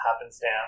happenstance